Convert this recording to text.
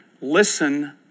Listen